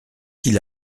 qu’il